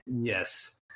Yes